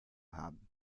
haben